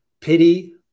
Pity